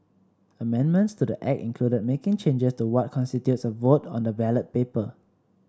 Amendments to the Act included making changes to what constitutes a vote on the ballot paper